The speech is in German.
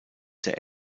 der